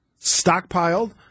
stockpiled